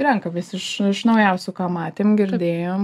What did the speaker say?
renkamės iš naujausių ką matėm girdėjom